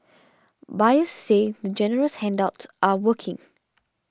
buyers say the generous handouts are working